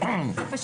מתנצל,